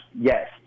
Yes